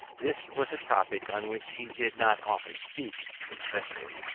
this was a topic on which he did not often speak, especially,